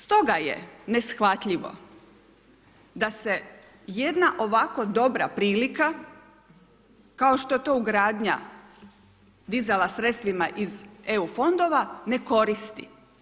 Stoga je neshvatljivo da se jedna ovako dobra prilika kao što je to ugradnja dizala sredstvima iz EU fondova ne koristi.